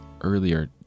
earlier